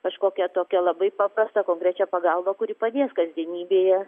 kažkokią tokią labai paprastą konkrečią pagalbą kuri padės kasdienybėje